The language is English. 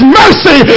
mercy